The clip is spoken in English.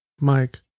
Mike